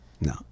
No